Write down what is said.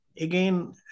again